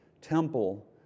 temple